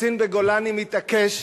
קצין בגולני מתעקש,